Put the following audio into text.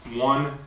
One